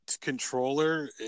controller